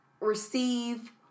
receive